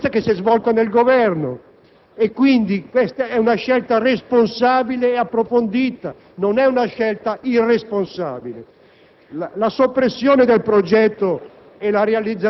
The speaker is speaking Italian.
delle forze politiche che sostengono questa maggioranza e nel Governo. È quindi una scelta responsabile e approfondita: non è una scelta irresponsabile.